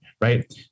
Right